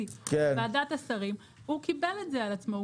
פיסי בוועדת השרים, הוא קיבל את זה על עצמו.